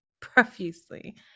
profusely